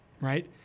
right